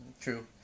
True